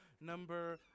number